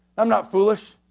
i'm not foolish.